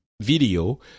video